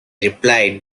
replied